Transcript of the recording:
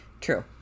true